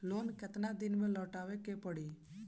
Loan केतना दिन में लौटावे के पड़ी?